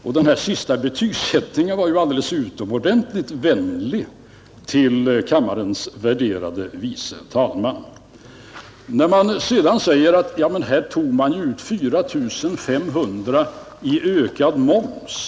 Och den här senaste betygsättningen var ju alldeles utomordentligt vänlig mot kammarens värderade andre vice talman. Sedan säger man att här togs det ut 4 500 miljoner i ökad moms.